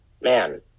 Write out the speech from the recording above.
man